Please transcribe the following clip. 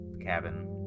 cabin